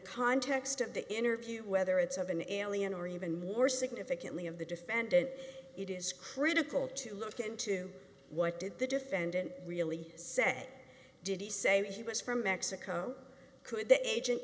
context of the interview whether it's of an alien or even more significantly of the defendant it is critical to look into what did the defendant really say did he say he was from mexico could the agent